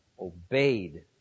obeyed